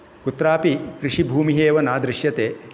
कुत्रापि कृषिभूमिः एव न दृष्यते